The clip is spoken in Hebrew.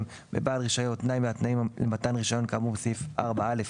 בבעל הרישיון תנאי מהתנאים למתן רישיון כאמור בסעיף 4(א)